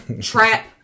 trap